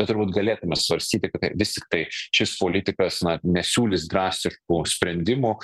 tai turbūt galėtume svarstyti kad tai vis tiktai šis politikas na nesiūlys drastiškų sprendimų